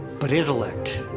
but intellect.